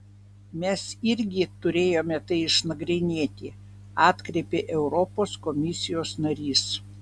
mes irgi turėjome tai išnagrinėti atkreipė europos komisijos narys